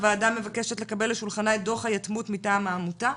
הוועדה מבקשת לקבל אל שולחנה את דו"ח היתמות מטעם העמותה.